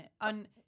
on